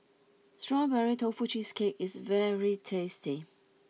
Strawberry Tofu Cheesecake is very tasty